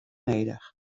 nedich